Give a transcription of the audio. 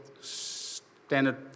standard